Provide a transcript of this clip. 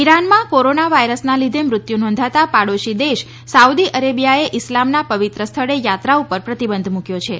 ઈરાનમાં corona વાયરસના લીધે મૃત્યુ નોંધાતા પાડોશી દેશ સાઉદી અરેબીયાએ ઈસ્લામના પવિત્ર સ્થળે યાત્રા ઉપર પ્રતિબંધ મૂક્યો છે